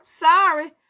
sorry